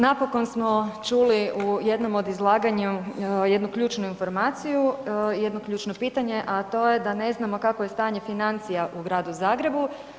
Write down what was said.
Napokon smo čuli u jednom od izlaganja jednu ključnu informaciju, jedno ključno pitanje, da ne znamo kakvo je stanje financija u Gradu Zagrebu.